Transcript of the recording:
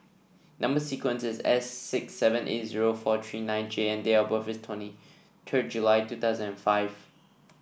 number sequence is S six seven eight zero four three nine J and date of birth is twenty third July two thousand and five